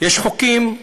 יש חוקים.